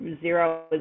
zero